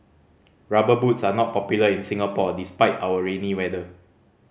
Rubber Boots are not popular in Singapore despite our rainy weather